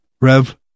Rev